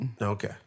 Okay